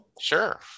Sure